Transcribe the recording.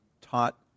taught